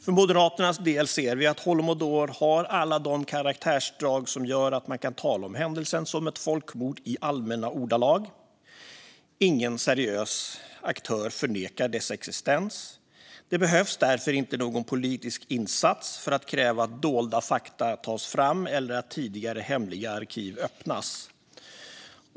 För Moderaternas del ser vi att holodomor har alla de karaktärsdrag som gör att man kan tala om händelsen som ett folkmord i allmänna ordalag. Ingen seriös aktör förnekar dess existens. Det behövs därför inte någon politisk insats för att kräva att dolda fakta tas fram eller att tidigare hemliga arkiv öppnas.